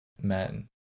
men